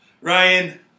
Ryan